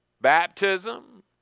Baptism